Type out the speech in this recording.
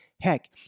Heck